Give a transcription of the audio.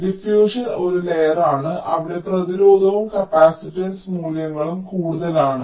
അതിനാൽ ഡിഫ്യൂഷൻ ഒരു ലെയറാണ് അവിടെ പ്രതിരോധവും കപ്പാസിറ്റൻസ് മൂല്യങ്ങളും കൂടുതലാണ്